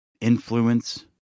influence